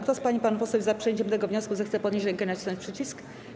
Kto z pań i panów posłów za przyjęciem tego wniosku, zechce podnieść rękę i nacisnąć przycisk.